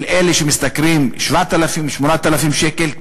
של אלה שמשתכרים 8,000-7,000 שקל,